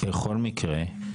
בכל מקרה,